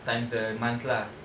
times the months lah